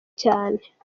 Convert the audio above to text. cyane